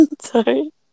Sorry